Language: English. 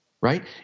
right